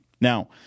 Now